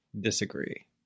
disagree